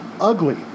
ugly